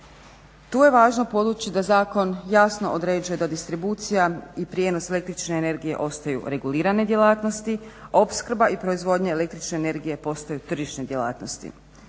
Tu je važno podvući da zakon jasno određuje da distribucija i prijenos električne energije ostaju regulirane djelatnosti, opskrba i proizvodnja električne energije postaju tržišne djelatnosti.